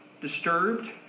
disturbed